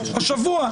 השבוע,